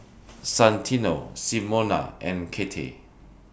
Santino Simona and Cathey